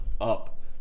up